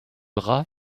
rat